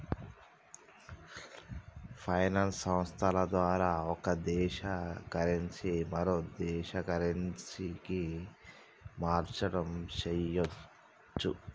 finance సంస్థల ద్వారా ఒక దేశ కరెన్సీ మరో కరెన్సీకి మార్చడం చెయ్యచ్చు